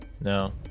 No